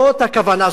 זאת הכוונה.